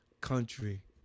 country